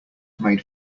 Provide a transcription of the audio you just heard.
made